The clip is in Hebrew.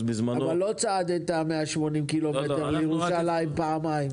אבל לא צעדת 180 קילומטרים לירושלים פעמיים.